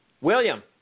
William